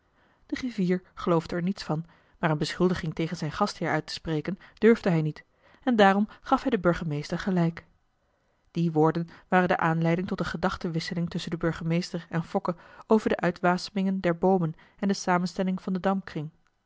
de griffier geloofde er niets van maar een beschulmarcellus emants een drietal novellen diging tegen zijn gastheer uittespreken durfde hij niet en daarom gaf hij den burgemeester gelijk die woorden waren de aanleiding tot een gedachtenwisseling tusschen den burgemeester en fokke over de uitwasemingen der boomen en de samenstelling van den